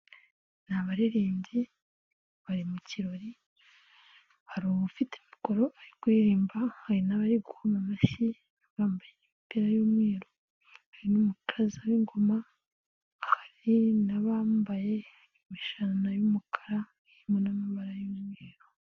Ni abaririmbyi bari mu kirori hari uw'ufite mikoro ari kuririmba hari n'abari gukoma amashyi bambaye imipira y'umweru hari n'umukaraza w'ingoma, hari n'abambaye imishana y'umukara irimo n'amabara y'umweru.